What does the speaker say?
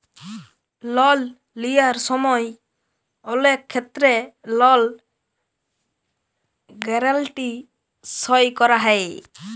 লল লিয়ার সময় অলেক ক্ষেত্রে লল গ্যারাল্টি সই ক্যরা হ্যয়